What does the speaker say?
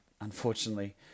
unfortunately